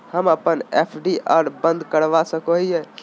हम अप्पन एफ.डी आ बंद करवा सको हियै